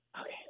Okay